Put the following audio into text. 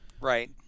Right